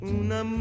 una